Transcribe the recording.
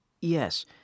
Yes